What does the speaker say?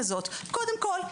קדום כול,